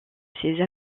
ses